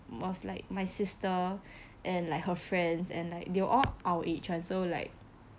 was like my sister and like her friends and like they were all our age [one] so like